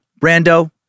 Brando